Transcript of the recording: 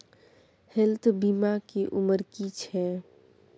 Health बीमा के उमर की छै?